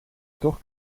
toch